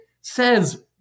says